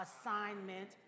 assignment